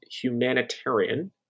humanitarian